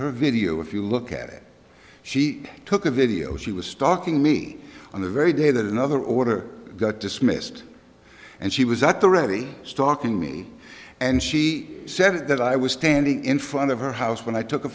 her video if you look at it she took a video she was stalking me on the very day that another order got dismissed and she was at the ready stalking me and she said that i was standing in front of her house when i took a